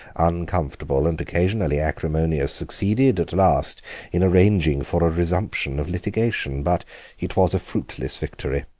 uncomfortable, and occasionally acrimonious, succeeded at last in arranging for a resumption of litigation, but it was a fruitless victory.